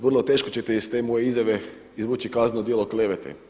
Vrlo teško ćete iz te moje izjave izvući kazneno djelo klevete.